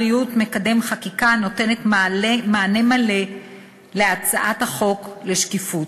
2. משרד הבריאות מקדם חקיקה הנותנת מענה מלא לצורך בשקיפות.